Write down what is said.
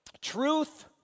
truth